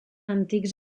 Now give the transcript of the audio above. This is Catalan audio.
antics